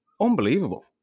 unbelievable